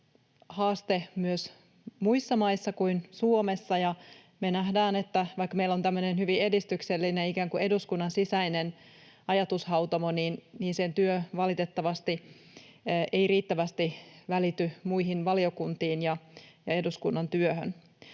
haaste myös muissa maissa kuin Suomessa. Ja me nähdään, että vaikka meillä on tämmöinen hyvin edistyksellinen, ikään kuin eduskunnan sisäinen ajatushautomo, niin sen työ valitettavasti ei riittävästi välity muihin valiokuntiin ja eduskunnan työhön.